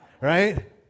Right